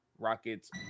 Rockets